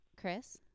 Chris